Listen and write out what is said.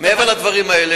מעבר לדברים האלה,